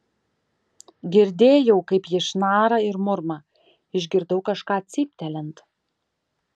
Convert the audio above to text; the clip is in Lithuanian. girdėjau kaip ji šnara ir murma išgirdau kažką cyptelint